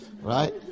right